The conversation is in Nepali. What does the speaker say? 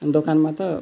दोकानमा त